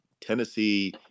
Tennessee